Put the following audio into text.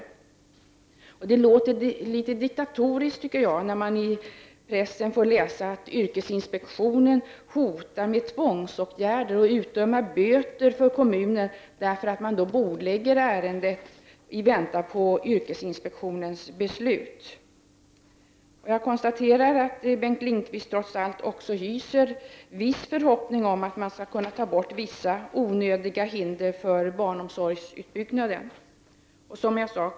Jag tycker att det låter litet diktatoriskt när yrkesinspektionen hotar med att vidta tvångsåtgärder mot kommunen och att utdöma böter eftersom kommunen bordlägger ärendet i väntan på yrkesinspektionens beslut — vilket man kunnat läsa om i pressen. Jag konstaterar att Bengt Lindqvist trots allt hyser en förhoppning att man skall kunna ta bort vissa onödiga hinder för barnomsorgsutbyggnaden.